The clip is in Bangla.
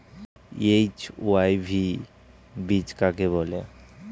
এইচ.ওয়াই.ভি বীজ কাকে বলে?